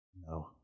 No